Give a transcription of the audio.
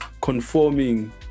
conforming